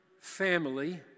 family